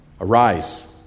Arise